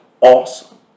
awesome